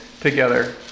together